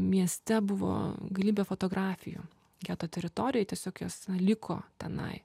mieste buvo galybė fotografijų geto teritorijoj tiesiog jos na liko tenai